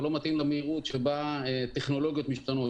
ולא מתאים למהירות שבה טכנולוגיות משתנות.